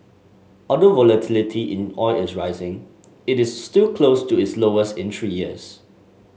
although volatility in oil is rising it is still close to its lowest in three years